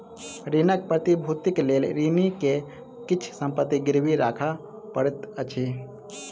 ऋणक प्रतिभूतिक लेल ऋणी के किछ संपत्ति गिरवी राखअ पड़ैत अछि